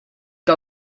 que